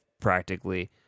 practically